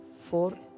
Four